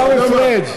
אתה יודע מה?